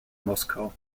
moskau